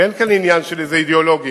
אין כאן עניין של איזו אידיאולוגיה.